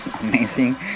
amazing